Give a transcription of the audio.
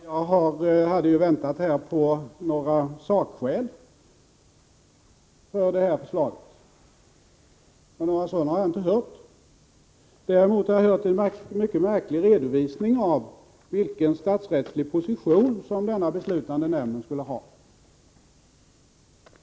Herr talman! Jag hade ju väntat mig att få höra några sakskäl för utskottets förslag, men några sådana har jag inte hört. Däremot har jag hört en mycket märklig redovisning av vilken statsrättslig position som den beslutande nämnden skulle ha.